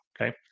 Okay